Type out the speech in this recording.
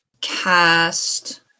cast